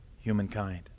humankind